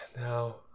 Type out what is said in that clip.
Now